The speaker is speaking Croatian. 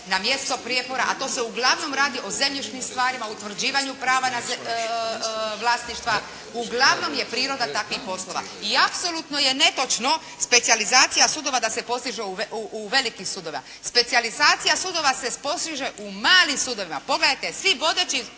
na mjesto prijepora, a to se uglavnom radi o zemljišnim stvarima, utvrđivanju prava vlasništva, uglavnom je priroda takvih poslova. I apsolutno je netočno specijalizacija sudova da se postiže u velikim sudovima. Specijalizacija sudova se postiže u malim sudovima. Pogledajte, svi vodeći